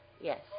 Yes